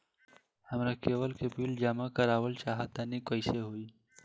हमरा केबल के बिल जमा करावल चहा तनि कइसे होई?